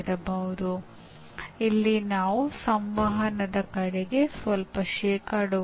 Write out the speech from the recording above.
ಹೌದು ಇದು ಸ್ವಲ್ಪ ಕಠಿಣವಾಗಿದೆ